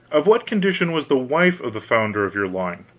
of what condition was the wife of the founder of your line?